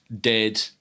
dead